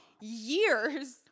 years